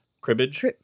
Cribbage